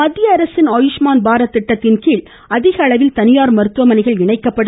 மத்திய அரசின் ஆயுஷ்மான் பாரத் திட்டத்தின்கீழ் அதிக அளவில் தனியார் மருத்துவமனைகளும் இணைக்கப்படும்